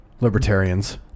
Libertarians